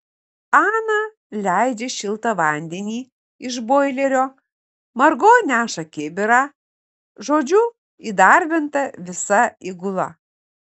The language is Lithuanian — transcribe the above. ana leidžia šiltą vandenį iš boilerio margo neša kibirą žodžiu įdarbinta visa įgula